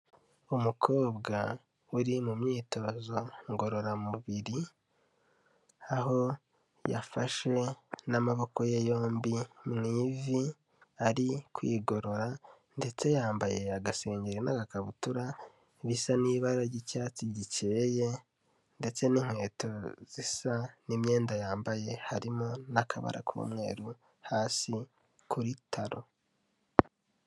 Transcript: Umukobwa uri mu myitozo ngororamubiri, aho yafashe n'amaboko ye yombi mu ivi, ari kwigorora, ndetse yambaye agasengeri n'agakabutura bisa n'ibara ry'icyatsi gikeye ndetse n'inkweto zisa n'imyenda yambaye harimo n'akabara k'umweru hasi kuri taro.